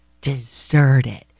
deserted